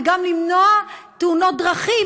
גם למנוע תאונות דרכים,